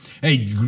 Hey